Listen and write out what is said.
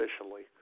officially